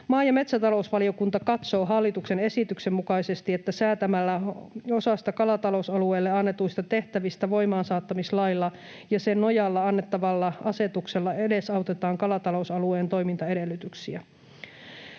Maa‑ ja metsätalousvaliokunta katsoo hallituksen esityksen mukaisesti, että säätämällä osasta kalatalousalueelle annetuista tehtävistä voimaansaattamislailla ja sen nojalla annettavalla asetuksella edesautetaan kalatalousalueen toimintaedellytyksiä.